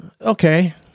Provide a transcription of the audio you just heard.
okay